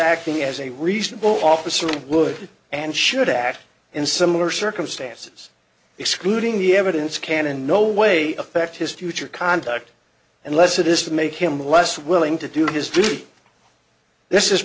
acting as a reasonable officer would and should act in similar circumstances excluding the evidence can in no way affect his future conduct unless it is to make him less willing to do his duty this is